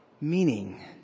meaning